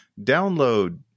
download